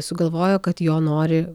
sugalvojo kad jo nori